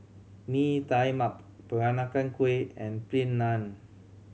Mee Tai Mak Peranakan Kueh and Plain Naan